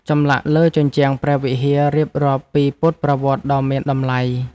ចម្លាក់លើជញ្ជាំងព្រះវិហារ រៀបរាប់ពីពុទ្ធប្រវត្តិដ៏មានតម្លៃ។